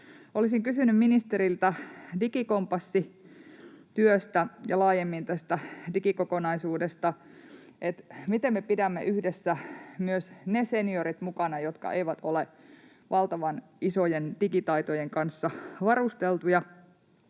Olisin kysynyt ministeriltä digikompassityöstä ja laajemmin tästä digikokonaisuudesta: miten me yhdessä pidämme myös ne seniorit mukana, jotka eivät ole valtavan isojen digitaitojen kanssa varusteltuja